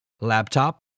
laptop